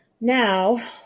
Now